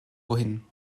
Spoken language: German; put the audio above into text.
wohin